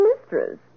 mistress